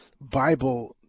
Bible